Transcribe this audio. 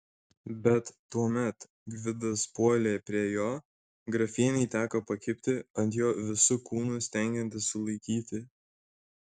bet tuomet gvidas puolė prie jo grafienei teko pakibti ant jo visu kūnu stengiantis sulaikyti